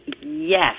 Yes